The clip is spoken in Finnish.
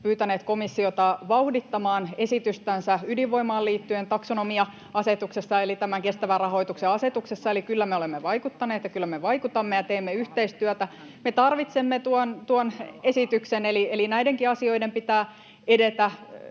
pyytäneet komissiota vauhdittamaan ydinvoimaan liittyen esitystänsä taksonomia-asetuksesta eli tämän kestävän rahoituksen asetuksesta. Eli kyllä me olemme vaikuttaneet ja kyllä me vaikutamme ja teemme yhteistyötä. Me tarvitsemme tuon esityksen, eli näidenkin asioiden pitää edetä